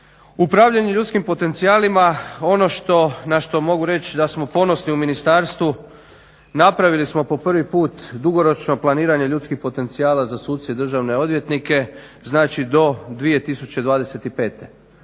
Upravljanje ljudskim potencijalima ono na što mogu reći da smo ponosni u ministarstvu. Napravili smo po prvi put dugoročno planiranje ljudskih potencijala za suce i državne odvjetnike, znači do 2025.